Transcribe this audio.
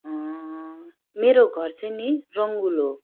मेरो घर चाहिँ नि रङगुल हो